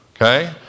Okay